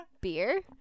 beer